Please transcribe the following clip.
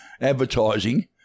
advertising